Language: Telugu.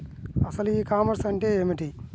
అసలు ఈ కామర్స్ అంటే ఏమిటి?